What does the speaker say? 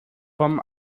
vom